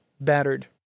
battered